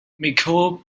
michael